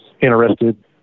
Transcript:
interested